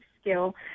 skill